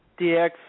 DX